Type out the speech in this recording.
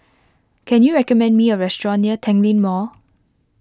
can you recommend me a restaurant near Tanglin Mall